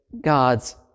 God's